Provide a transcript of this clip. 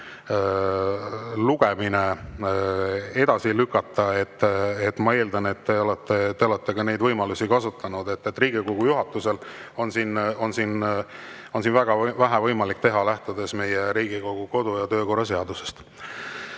lugemine edasi lükata. Ma eeldan, et te olete neid võimalusi kasutanud. Riigikogu juhatusel on siin väga vähe võimalik teha, lähtudes Riigikogu kodu‑ ja töökorra seadusest.